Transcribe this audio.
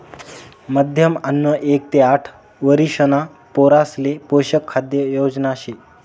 माध्यम अन्न एक ते आठ वरिषणा पोरासले पोषक खाद्य योजना शे